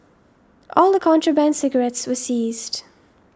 all the contraband cigarettes were seized